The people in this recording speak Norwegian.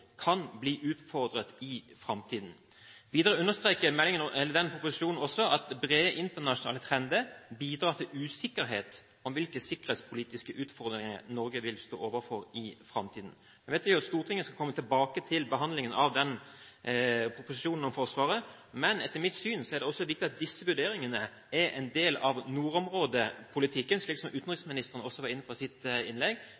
kan bli utfordret i fremtiden.» Videre understreker proposisjonen også at: « brede internasjonale trender bidrar til usikkerhet om hvilke sikkerhetspolitiske utfordringer Norge vil stå overfor i fremtiden.» Jeg vet at Stortinget skal komme tilbake til behandlingen av proposisjonen om Forsvaret, men det er, etter mitt syn, viktig at disse vurderingene også er en del av nordområdepolitikken. Som utenriksministeren var inne på i sitt innlegg,